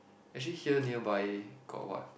actually here nearby got what